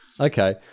Okay